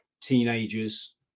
teenagers